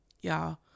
y'all